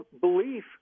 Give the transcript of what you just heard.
belief